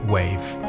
Wave